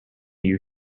you